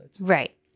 Right